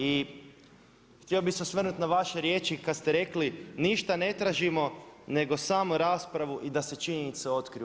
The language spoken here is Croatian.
I htio bih se osvrnuti na vaše riječi kad ste rekli ništa ne tražimo nego samo raspravu i da se činjenice otkriju.